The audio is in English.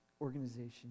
organization